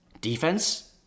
Defense